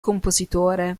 compositore